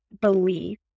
belief